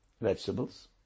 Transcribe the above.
vegetables